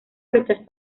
rechazó